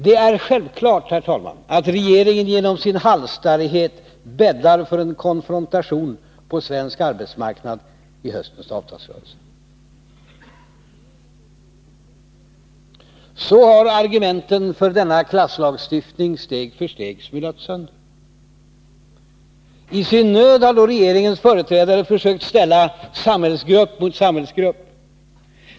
Det är självklart att regeringen genom sin halsstarrighet bäddar för en konfrontation på svensk arbetsmarknad i höstens avtalsrörelse. Så har argumenten för denna klasslagstiftning steg för steg smulats sönder. I sin nöd har då regeringens företrädare försökt ställa samhällsgrupp mot samhällsgrupp.